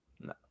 No